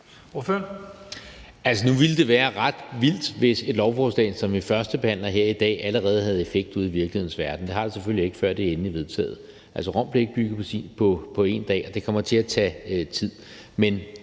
Nu ville det være ret vildt, hvis et lovforslag, som vi førstebehandler her i dag, allerede havde effekt ude i den virkelige verden. Det har det selvfølgelig ikke, før det er endeligt vedtaget. Altså, Rom blev ikke bygget på en dag, og det kommer til at tage tid.